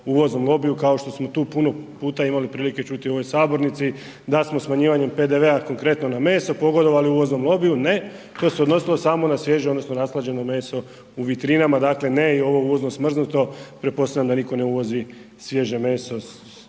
uvoznom lobiju kao što smo tu puno puta imali prilike čuti u ovoj sabornici, da smo smanjivanjem PDV-a, konkretno na meso, pogodovali uvoznom lobiju, ne, to se odnosilo samo na svježe odnosno rashlađeno meso u vitrinama, dakle ne i ovo uvozno smrznuto. Pretpostavljam da nitko ne uvozi svježe meso